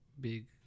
big